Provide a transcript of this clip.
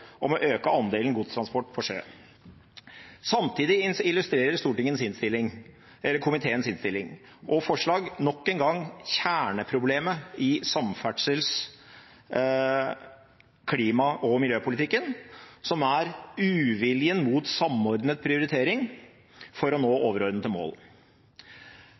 om å øke andelen godstransport på sjø. Samtidig illustrerer komiteens innstilling og forslag nok en gang kjerneproblemet i samferdsels-, klima- og miljøpolitikken, som er uviljen mot en samordnet prioritering for å nå overordnede mål.